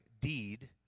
deed